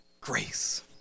grace